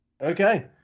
Okay